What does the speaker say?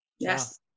Yes